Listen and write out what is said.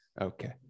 Okay